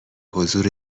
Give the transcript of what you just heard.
حضور